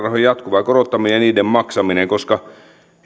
korottaminen ja niiden maksaminen koska